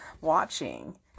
watching